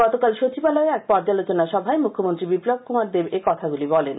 গতকাল সচিবালয়ে এক পর্যালোচনা সভায় মুখ্যমন্ত্রী বিপ্লব কুমার দেব একথাগুলি বলেন